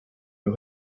you